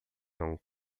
não